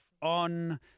on